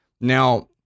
Now